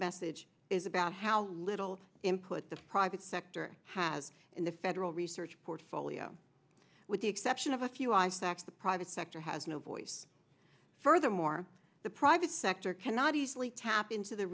message is about how little input the private sector has in the federal research portfolio with the exception of a few i sec the private sector has no voice furthermore the private sector cannot easily tap into the